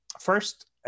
first